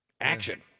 action